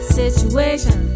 situation